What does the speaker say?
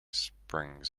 springs